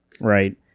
right